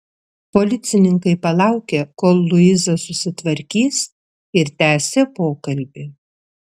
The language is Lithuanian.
policininkai palaukė kol luiza susitvarkys ir tęsė pokalbį